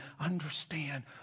understand